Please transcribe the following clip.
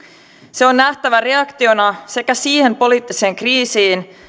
se on nähtävä reaktiona sekä siihen poliittiseen kriisiin